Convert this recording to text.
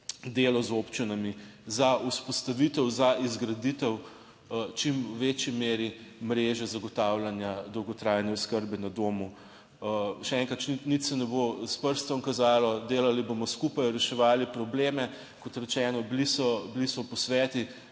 delo z občinami za vzpostavitev, za izgraditev v čim večji meri mreže zagotavljanja dolgotrajne oskrbe na domu. Še enkrat, nič se ne bo s prstom kazalo, delali bomo skupaj, reševali probleme. Kot rečeno, bili so bili